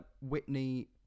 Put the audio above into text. whitney